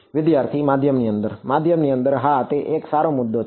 વિદ્યાર્થી માધ્યમની અંદર માધ્યમની અંદર હા તે એક સારો મુદ્દો છે